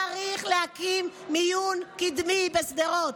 צריך להקים מיון קדמי בשדרות.